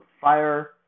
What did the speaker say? fire